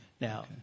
Now